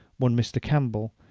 one mr. campbell,